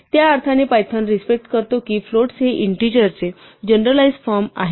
त्या अर्थाने Python respect करतो कि फ्लोट्स हे इंटचे जनरलाईज्ड फॉर्म आहे